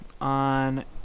on